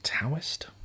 Taoist